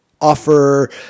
offer